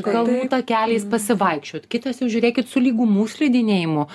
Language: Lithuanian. galbūt takeliais pasivaikščiot kitas jau žiūrėkit su lygumų slidinėjimu